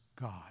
God